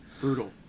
brutal